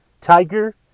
Tiger